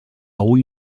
ull